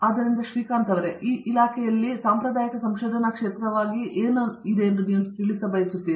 ಆದ್ದರಿಂದ ಶ್ರೀಕಾಂತ್ ನಿಮ್ಮ ಇಲಾಖೆಯಲ್ಲಿ ಸಾಂಪ್ರದಾಯಿಕ ಸಂಶೋಧನಾ ಕ್ಷೇತ್ರವಾಗಿ ಏನು ವರ್ಗೀಕರಿಸುತ್ತೀರಿ